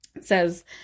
says